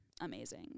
amazing